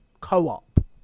co-op